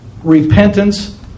repentance